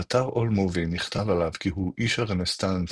באתר AllMovie נכתב עליו כי הוא "איש הרנסאנס